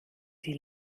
die